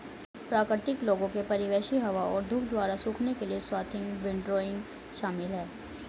प्राकृतिक लोगों के परिवेशी हवा और धूप द्वारा सूखने के लिए स्वाथिंग विंडरोइंग शामिल है